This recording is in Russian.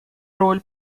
роль